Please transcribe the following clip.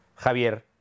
Javier